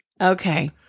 Okay